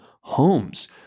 homes